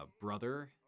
brother